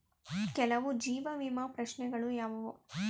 ಕೆಲವು ಜೀವ ವಿಮಾ ಪ್ರಶ್ನೆಗಳು ಯಾವುವು?